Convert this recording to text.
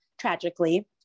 tragically